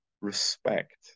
respect